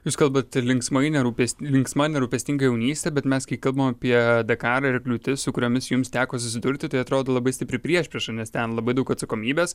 jūs kalbat linksmai nerūpes linksma nerūpestinga jaunystė bet mes kai kalbam apie dakarą ir kliūtis su kuriomis jums teko susidurti tai atrodo labai stipri priešprieša nes ten labai daug atsakomybės